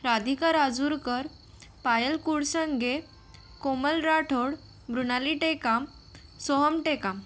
Radhika Rajurkar Payal Kudsange Komal Rathod Mrunali Tekam Soham Tekam